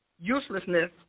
uselessness